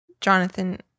Jonathan